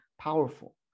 powerful